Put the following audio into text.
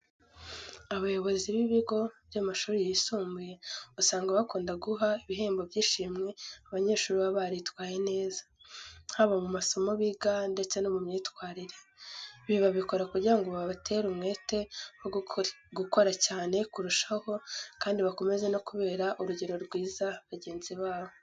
Abayobozi b'ibigo by'amashuri yisumbuye usanga bakunda guha ibihembo by'ishimwe abanyeshuri baba baritwaye neza. Haba mu masomo biga ndetse no mu myitwarire. Ibi babikora kugira ngo babatere umwete wo gukora cyane kurushaho kandi bakomeze no kubera urugero rwiza bagenzi babo.